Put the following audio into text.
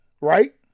right